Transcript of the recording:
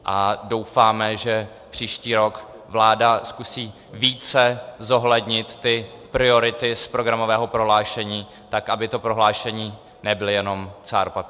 A doufáme, že příští rok vláda zkusí více zohlednit ty priority z programového prohlášení, tak aby to prohlášení nebyl jen cár papíru.